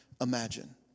imagine